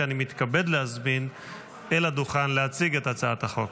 שאני מתכבד להזמין אל הדוכן להציג את הצעת החוק.